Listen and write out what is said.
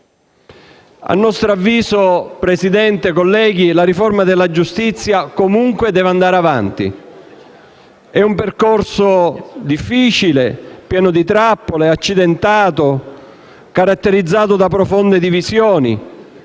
A nostro avviso, signora Presidente, onorevoli colleghi, la riforma della giustizia comunque deve andare avanti. È un percorso difficile, pieno di trappole, accidentato, caratterizzato da profonde divisioni,